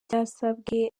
byasabwe